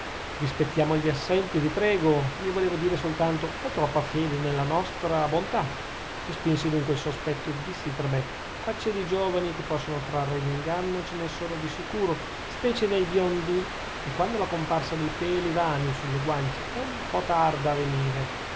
rispettiamo gli assenti vi prego io volevo dire soltanto o troppa fede nella nostra bontà respinsi dunque il sospetto e dissi tra me facce di giovani che possono trarre in inganno ce ne sono di sicuro specie nei biondi e quando la comparsa dei peli vani sulle guance è un po tarda a venire